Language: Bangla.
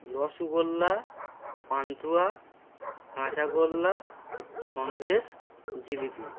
রসগোল্লা পান্তুয়া কাঁচাগোল্লা সন্দেশ জিলিপি